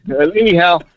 Anyhow